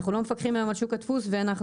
אנחנו לא מפקחים היום על שוק הדפוס ולא